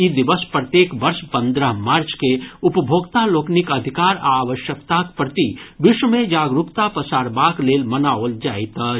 ई दिवस प्रत्येक वर्ष पंद्रह मार्च के उपभोक्ता लोकनिक अधिकार आ आवश्यकताक प्रति विश्व मे जागरूकता पसारबाक लेल मनाओल जाइत अछि